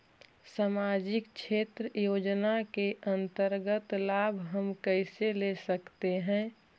समाजिक क्षेत्र योजना के अंतर्गत लाभ हम कैसे ले सकतें हैं?